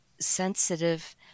sensitive